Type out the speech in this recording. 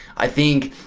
i think,